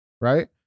Right